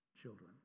children